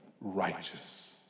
righteous